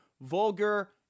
Vulgar